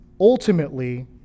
ultimately